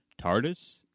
TARDIS